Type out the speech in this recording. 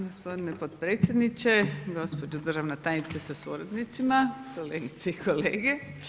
Hvala gospodine potpredsjedniče, gospođo državna tajnice sa suradnicima, kolegice i kolege.